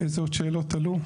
איזה עוד שאלות עלו?